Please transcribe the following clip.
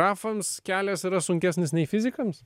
geografams kelias yra sunkesnis nei fizikams